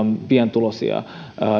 pienituloisia